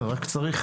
רק צריך